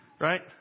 Right